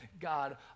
God